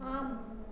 ஆம்